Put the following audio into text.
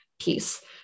piece